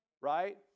right